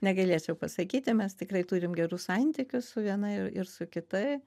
negalėčiau pasakyti mes tikrai turim gerus santykius su viena ir ir su kita